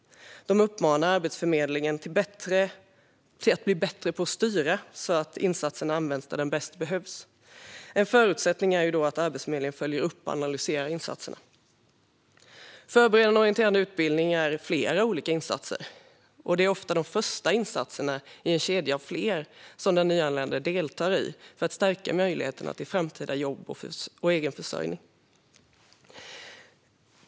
De uppmanar Arbetsförmedlingen att bli bättre på att styra så att insatsen används där den bäst behövs. En förutsättning är att Arbetsförmedlingen följer upp och analyserar insatserna. Förberedande och orienterande utbildning är flera olika insatser, och det är ofta de första insatserna i en kedja av flera som den nyanlände deltar i för att stärka möjligheterna till framtida jobb och egenförsörjning.